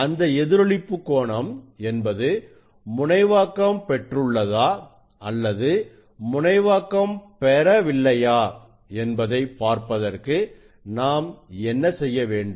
அந்த எதிரொளிப்பு கோணம் என்பது முனைவாக்கம் பெற்றுள்ளதா அல்லது முனைவாக்கம் பெறவில்லையா என்பதை பார்ப்பதற்கு நாம் என்ன செய்ய வேண்டும்